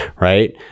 right